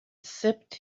sipped